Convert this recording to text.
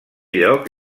lloc